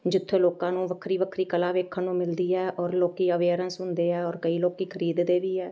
ਜਿੱਥੋਂ ਲੋਕਾਂ ਨੂੰ ਵੱਖਰੀ ਵੱਖਰੀ ਕਲਾ ਵੇਖਣ ਨੂੰ ਮਿਲਦੀ ਹੈ ਔਰ ਲੋਕ ਅਵੇਅਰੈਂਸ ਹੁੰਦੇ ਹੈ ਔਰ ਕਈ ਲੋਕ ਖਰੀਦਦੇ ਵੀ ਹੈ